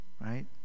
Right